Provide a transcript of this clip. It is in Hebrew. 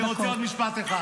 אז אני רוצה עוד משפט אחד.